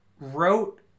wrote